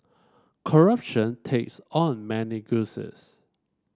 corruption takes on many guises